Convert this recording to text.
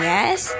Yes